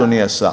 אדוני השר,